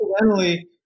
Incidentally